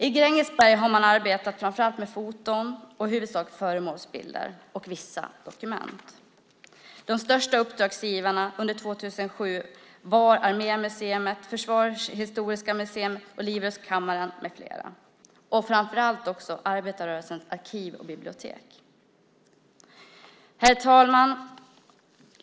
I Grängesberg har man arbetat framför allt med foton, i huvudsak föremålsbilder, och vissa dokument. De största uppdragsgivarna 2007 var Armémuseum - Statens försvarshistoriska museer - Livrustkammaren med flera, och framför allt Arbetarrörelsens arkiv och bibliotek. Herr talman!